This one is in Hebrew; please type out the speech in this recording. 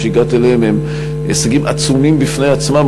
שהגעת אליהם הם הישגים עצומים בפני עצמם,